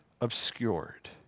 obscured